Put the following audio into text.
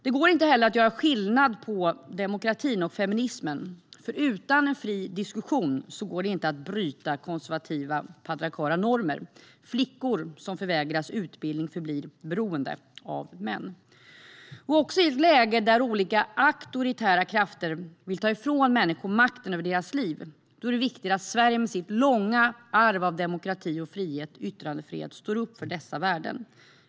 Det går inte att göra skillnad på demokrati och feminism. Utan en fri diskussion går det inte att bryta konservativa patriarkala normer. Flickor som förvägras utbildning förblir beroende av män. Också i ett läge där olika auktoritära krafter vill ta ifrån människor makten över deras liv är det viktigt att Sverige med sitt långa arv av demokrati och yttrandefrihet står upp för dessa värden.